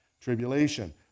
tribulation